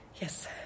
Yes